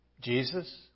Jesus